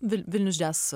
vi vilnius džias